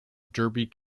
derby